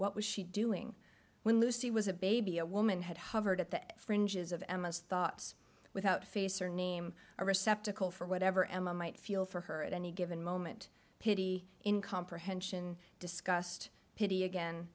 was she doing when lucy was a baby a woman had hovered at the fringes of emma's thoughts without face or name a receptacle for whatever emma might feel for her at any given moment pity in comprehension discussed pity again